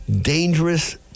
dangerous